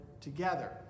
together